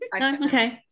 Okay